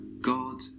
God